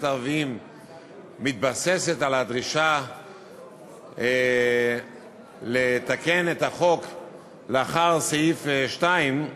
ערבים מתבססת על הדרישה לתקן את החוק "לאחר סעיף 2",